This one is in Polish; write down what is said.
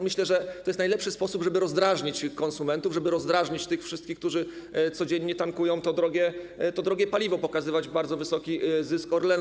Myślę, że to jest najlepszy sposób, żeby rozdrażnić konsumentów, żeby rozdrażnić tych wszystkich, którzy codziennie tankują to drogie paliwo - pokazywać bardzo wysoki zysk Orlenu.